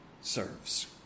serves